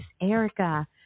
Erica